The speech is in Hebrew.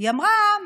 היא אמרה: